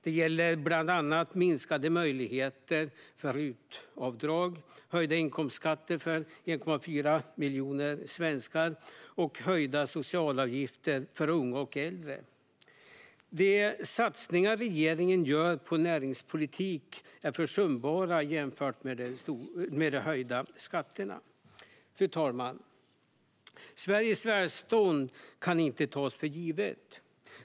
Det gäller bland annat minskade möjligheter till RUT-avdrag, höjda inkomstskatter för 1,4 miljoner svenskar och höjda socialavgifter för unga och äldre. De satsningar regeringen gör på näringspolitik är försumbara jämfört med de höjda skatterna. Fru talman! Sveriges välstånd kan inte tas för givet.